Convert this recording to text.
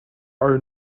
are